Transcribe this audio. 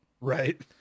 Right